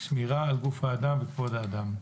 שמירה על גוף האדם וכבוד האדם.